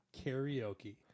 karaoke